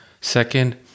Second